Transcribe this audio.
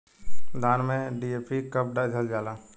धान में डी.ए.पी कब दिहल जाला?